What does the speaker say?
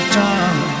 time